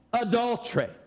adultery